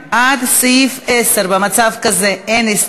בעד, 27 חברי כנסת, 33 מתנגדים, אחד נמנע.